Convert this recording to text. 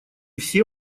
все